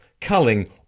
culling